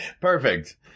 Perfect